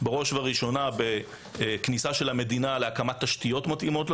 בראש וראשונה בכניסה של המדינה להקמת תשתיות מתאימות,